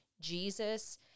Jesus